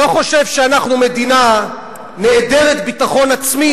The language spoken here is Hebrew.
ואני לא חושב שאנחנו מדינה נעדרת ביטחון עצמי